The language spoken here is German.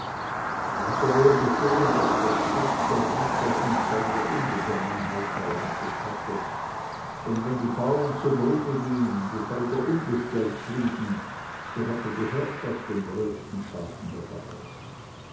er hatte wohl gesehen daß der spott der ritter ihn zu einer unbesonnenheit verleitet hatte denn wenn die bauren zugrunde gingen die felder unbestellt blieben so hatte die herrschaft den größten schaden dabei